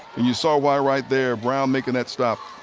you saw why right there, brown making that stop.